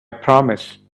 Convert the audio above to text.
promise